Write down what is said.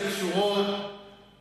אתה יכול לא לדבר כשהשר לא נמצא.